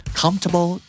comfortable